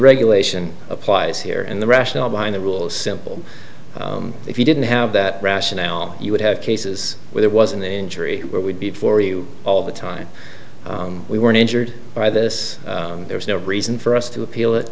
regulation applies here and the rationale behind the rules simple if you didn't have that rationale you would have cases where there was an injury where would be for you all the time we were uninjured by this there was no reason for us to appeal it